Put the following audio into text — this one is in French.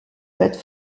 plate